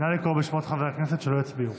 נא לקרוא בשמות חברי הכנסת שלא הצביעו.